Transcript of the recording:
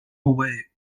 way